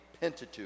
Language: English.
Pentateuch